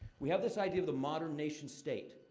we have this idea of the modern nation state.